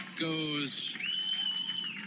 goes